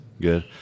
Good